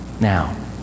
Now